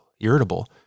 irritable